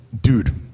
dude